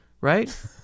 right